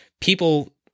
people